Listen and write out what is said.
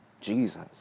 Jesus